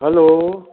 hello